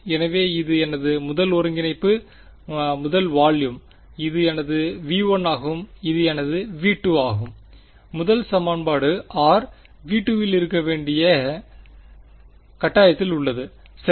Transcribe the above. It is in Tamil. எனவே இது எனது முதல் ஒருங்கிணைப்பு முதல் வாலும் இது எனது V1 ஆகும் இது எனது V2ஆகும் முதல் சமன்பாடு r V 2 இல் இருக்க வேண்டிய கட்டாயத்தில் உள்ளது சரி